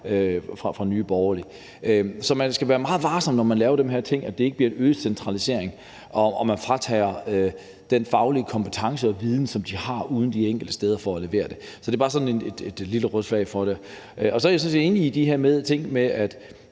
i Nye Borgerlige ønsker. Så man skal være meget varsom, når man laver de her ting, så det ikke bliver til øget centralisering, hvor man fratager dem den faglige viden og kompetence, som de har ude de enkelte steder, for at levere det. Det er bare for lige at hejse et lille rødt flag. Så er jeg sådan set enig i de her ting med, at